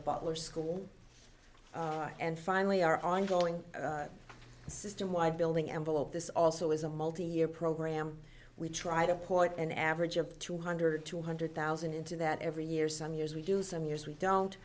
butler school and finally our ongoing systemwide building envelope this also is a multi year program we try to put an average of two hundred two hundred thousand into that every year some years we do some years we don't